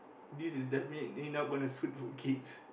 this is definitely not going to suit for kids